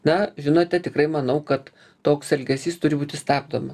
na žinote tikrai manau kad toks elgesys turi būti stabdoma